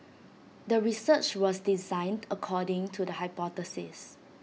the research was designed according to the hypothesis